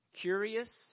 Curious